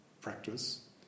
practice